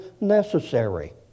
necessary